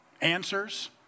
answers